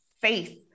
faith